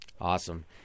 Awesome